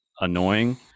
annoying